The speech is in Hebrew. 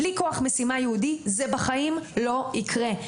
בלי כוח משימה ייעודי זה בחיים לא יקרה,